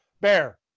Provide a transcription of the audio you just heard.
Bear